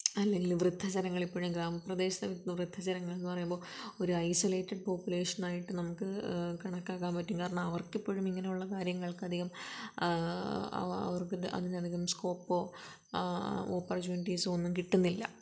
അല്ലെങ്കിൽ വൃദ്ധജനങ്ങൾ ഇപ്പോഴും ഗ്രാമപ്രദേശത്തിൽ നിന്ന് വൃദ്ധജനങ്ങളെന്ന് പറയുമ്പോൾ ഒരു ഐസൊലേറ്റഡ് പോപ്പുലേഷനായിട്ട് നമുക്ക് കണക്കാക്കാൻ പറ്റും കാരണം അവർക്ക് ഇപ്പോഴും ഇങ്ങനെ ഉള്ള കാര്യങ്ങൾക്ക് അധികം അവർക്ക് അതിലധികം സ്കോപ്പോ ഓപ്പർച്യുണിറ്റിസ് ഒന്നും കിട്ടുന്നില്ല